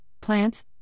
plants